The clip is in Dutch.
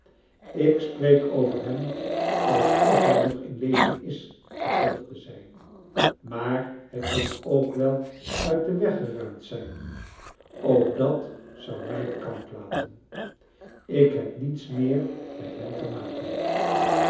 ik spreek over hem alsof hij nog in leven is vervolgde zij rnaar hij kan ook wel uit den weg geruimd zijn ook dat zou mij koud laten ik heb niets meer met hem te maken